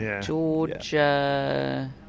Georgia